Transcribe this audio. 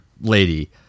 lady